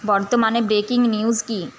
বর্তমানে breaking news কী